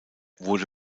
wurde